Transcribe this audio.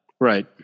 Right